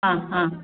ആ ആ